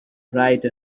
write